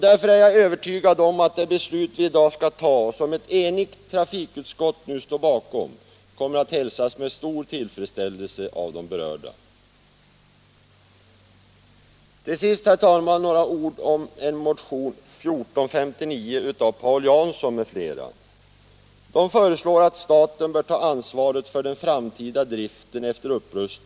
Därför är jag övertygad om att det beslut som vi i dag skall fatta och som ett enigt trafikutskott står bakom kommer att hälsas med stor tillfredsställelse av de berörda.